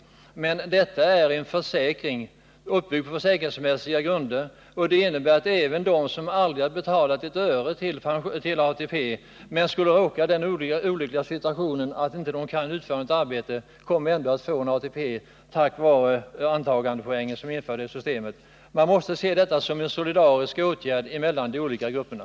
Men det gäller en försäkring, uppbyggd på helt försäkringsmässiga grunder, och det innebär att även de som aldrig betalat ett öre till ATP men som skulle råka i den olyckliga situationen att de inte kan utföra något arbete, tack vare den antagandepoäng som införts i systemet ändå kommer att få ATP-pension. Detta måste ses som en åtgärd av solidaritet mellan de olika grupperna.